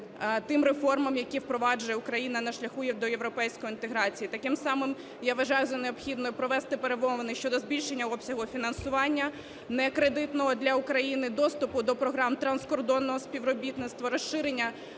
тим реформам, які впроваджує Україна на шляху до європейської інтеграції. Так само я вважаю за необхідне, провести перемовини щодо збільшення обсягу фінансування, не кредитного, для України, доступу до програм транскордонного співробітництва, розширення